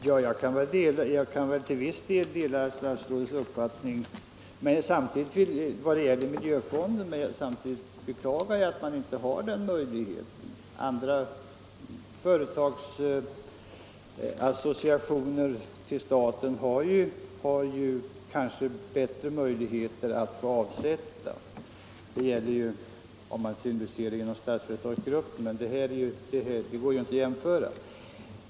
Herr talman! Jag kan väl till viss del ansluta mig till statsrådets uppfattning vad gäller miljöfonden, men samtidigt beklagar jag att SJ inte har möjlighet att sätta av pengar till en sådan fond. Företag med andra associationer till staten har kanske bättre möjligheter, i synnerhet de som tillhör Statsföretagsgruppen, men det går ju inte att jämföra dem med ett verk som SJ.